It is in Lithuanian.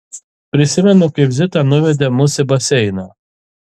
prisimenu kaip zita nuvedė mus į baseiną